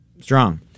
strong